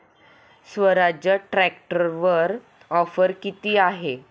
स्वराज्य ट्रॅक्टरवर ऑफर किती आहे?